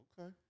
Okay